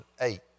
eight